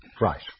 right